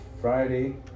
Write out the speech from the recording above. Friday